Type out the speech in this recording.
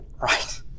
Right